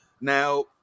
Now